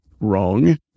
Wrong